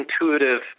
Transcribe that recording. intuitive